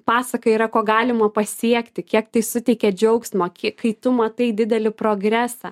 pasaka yra ko galima pasiekti kiek tai suteikia džiaugsmo kai tu matai didelį progresą